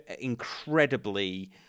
incredibly